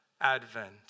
Advent